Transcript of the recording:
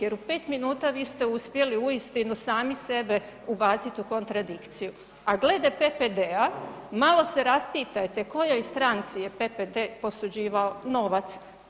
Jer u 5 minuta vi ste uspjeli uistinu sami sebe ubaciti u kontradikciju, a glede PPD-a malo se raspitajte kojoj stranci je PPD-e posuđivao novac.